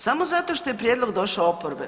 Samo zato što je prijedlog došao od oporbe.